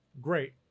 Great